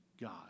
God